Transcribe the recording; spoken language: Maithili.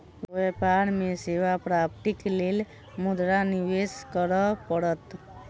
व्यापार में सेवा प्राप्तिक लेल मुद्रा निवेश करअ पड़त